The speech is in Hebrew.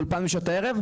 אולפן בשעות הערב,